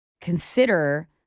consider